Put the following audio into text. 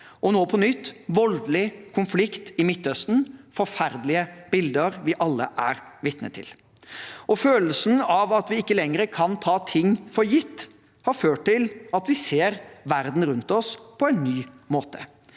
nå på nytt voldelig konflikt i Midtøsten med forferdelige bilder vi alle har sett. Følelsen av at vi ikke lenger kan ta ting for gitt, har ført til at vi ser verdenen rundt oss på en ny måte.